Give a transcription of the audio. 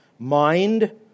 Mind